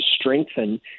strengthen